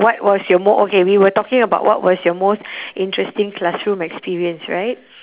what was your mo~ okay we were talking about what was your most interesting classroom experience right